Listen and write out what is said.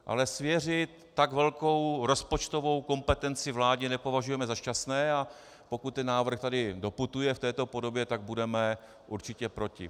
Ale svěřit tak velkou rozpočtovou kompetenci vládě nepovažujeme za šťastné, a pokud ten návrh sem doputuje v této podobě, tak budeme určitě proti.